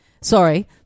Sorry